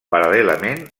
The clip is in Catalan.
paral·lelament